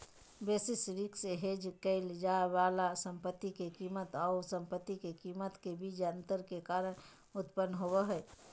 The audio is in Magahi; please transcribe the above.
बेसिस रिस्क हेज क़इल जाय वाला संपत्ति के कीमत आऊ संपत्ति के कीमत के बीच अंतर के कारण उत्पन्न होबा हइ